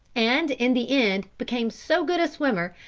and in the end became so good a swimmer,